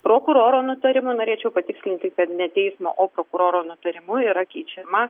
prokuroro nutarimu norėčiau patikslinti kad ne teismo o prokuroro nutarimu yra keičiama